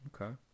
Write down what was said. okay